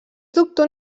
doctor